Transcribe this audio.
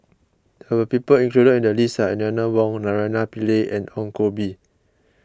the people included in the list are Eleanor Wong Naraina Pillai and Ong Koh Bee